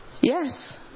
yes